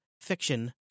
fiction